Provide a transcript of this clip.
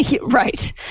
Right